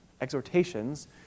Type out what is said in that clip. exhortations